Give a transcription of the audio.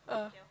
ah